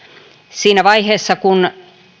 siinä vaiheessa kun